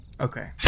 Okay